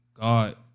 God